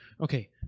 okay